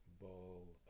ball